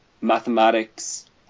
mathematics